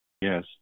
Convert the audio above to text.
Yes